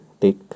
take